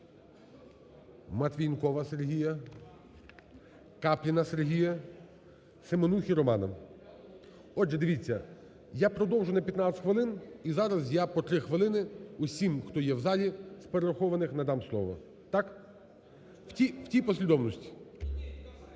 Матвієнкова Сергія, Капліна Сергія, Семенухи Романа. Отже, дивіться, я продовжу на 15 хвилин. І зараз я по 3 хвилини усім, хто є в залі з перерахованих, надам слово. Так? В тій послідовності.